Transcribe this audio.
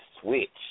Switch